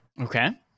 Okay